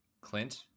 Clint